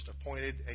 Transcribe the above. appointed